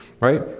right